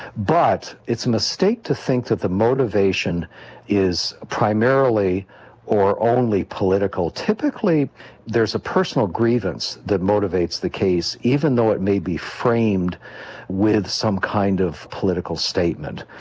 but it's a mistake to think that the motivation is primarily or only political. typically there is a personal grievance that motivates the case, even though it may be framed with some kind of political statement.